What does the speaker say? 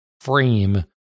frame